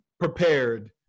prepared